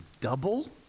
double